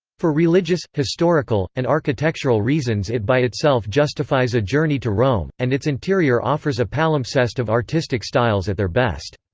for religious, historical, and architectural reasons it by itself justifies a journey to rome, and its interior offers a palimpsest of artistic styles at their best.